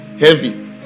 heavy